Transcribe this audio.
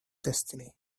destiny